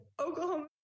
Oklahoma